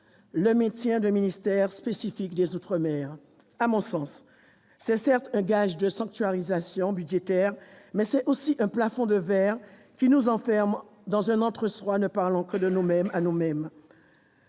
du maintien d'un ministère spécifique des outre-mer. À mon sens, ce ministère est certes un gage de sanctuarisation budgétaire, mais c'est aussi un « plafond de verre », qui nous enferme dans un entre-soi, qui ne parle de nous-mêmes qu'à nous-mêmes.